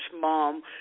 mom